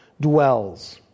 dwells